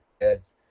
Yes